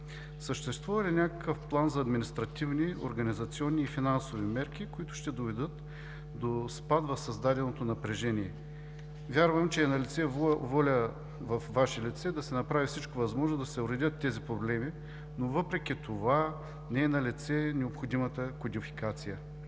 Съществува ли някакъв план за административни, организационни и финансови мерки, които ще доведат спад в създаденото напрежение? Вярвам, че е налице воля във Ваше лице да се направи всичко възможно, за да уреди тези проблеми, но въпреки това не е налице необходима кодификация.